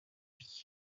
vie